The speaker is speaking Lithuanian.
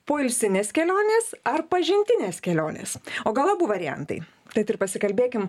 poilsinės kelionės ar pažintinės kelionės o gal abu variantai tad ir pasikalbėkim